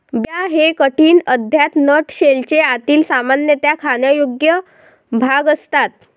बिया हे कठीण, अखाद्य नट शेलचे आतील, सामान्यतः खाण्यायोग्य भाग असतात